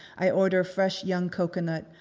i order fresh young coconut,